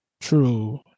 True